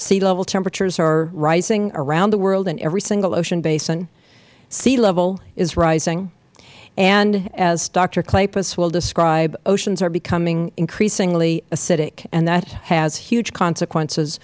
sea level temperatures are rising around the world in every single ocean basin sea level is rising and as doctor kleypas will describe oceans are becoming increasingly acidic and that has huge consequences